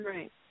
Right